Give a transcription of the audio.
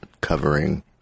covering